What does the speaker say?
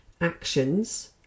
actions